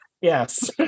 Yes